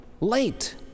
late